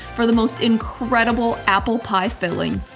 for the most incredible apple pie filling.